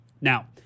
Now